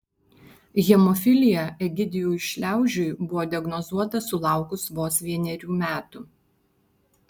hemofilija egidijui šliaužiui buvo diagnozuota sulaukus vos vienerių metų